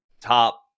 top